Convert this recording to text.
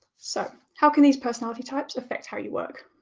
so, how can these personality types affect how you work?